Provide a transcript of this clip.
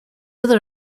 other